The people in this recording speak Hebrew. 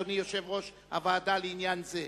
אדוני יושב-ראש הוועדה לעניין זה,